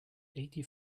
eighty